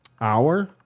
Hour